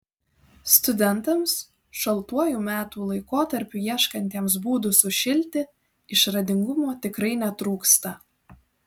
studentams šaltuoju metų laikotarpiu ieškantiems būdų sušilti išradingumo tikrai netrūksta